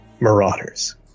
marauders